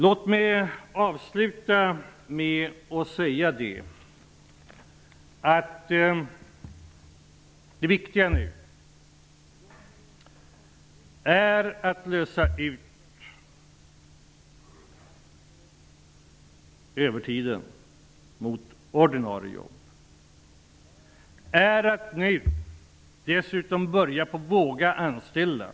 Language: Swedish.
Låt mig avsluta med att säga att det viktiga nu är att man byter ut övertiden mot ordinarie jobb och att man dessutom vågar anställa.